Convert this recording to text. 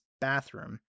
bathroom